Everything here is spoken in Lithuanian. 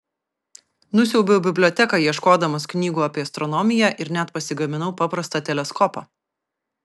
nusiaubiau biblioteką ieškodamas knygų apie astronomiją ir net pasigaminau paprastą teleskopą